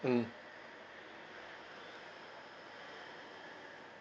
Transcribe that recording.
mm